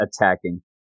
attacking